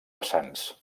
vessants